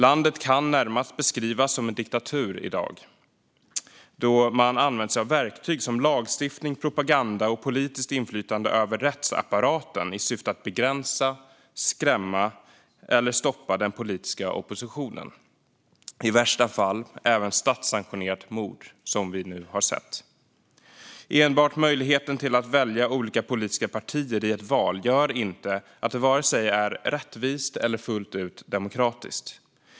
Landet kan närmast beskrivas som en diktatur i dag, då man använder sig av verktyg som lagstiftning, propaganda och politiskt inflytande över rättsapparaten i syfte att begränsa, skrämma eller stoppa den politiska oppositionen - i värsta fall använder man sig även av statssanktionerade mord, som vi nu har sett försök till. Enbart möjligheten att välja olika politiska partier i ett val gör inte att det är vare sig rättvist eller fullt ut demokratiskt.